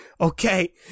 okay